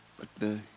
but the.